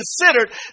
considered